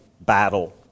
battle